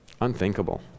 Unthinkable